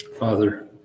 Father